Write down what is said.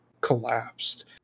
collapsed